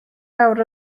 awr